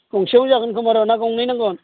गंसेआवनो जागोन खोमारा ना गंनै नांगोन